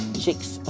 chicks